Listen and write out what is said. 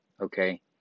Okay